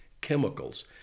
chemicals